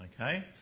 okay